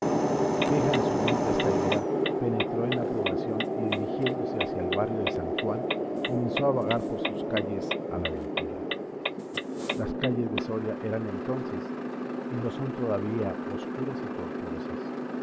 fija en su mente esta idea penetró en la población y dirigiéndose hacía el barrio de san juan comenzó a vagar por sus calles a la ventura las calles de soria eran entonces y lo son todavía oscuras y tortuosas